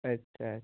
ਅੱਛਾ ਅੱਛਾ